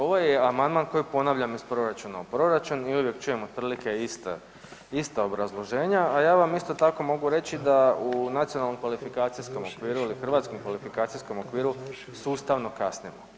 Ovo je amandman koji ponavljam iz proračuna u proračun i uvijek čujem otprilike ista obrazloženja, a ja vam isto tako mogu reći da u Nacionalnom kvalifikacijskom okviru ili Hrvatskom kvalifikacijskom okviru sustavno kasnimo.